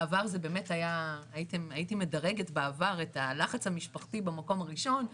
בעבר הייתי מדרגת את הלחץ החברתי מקום הראשון.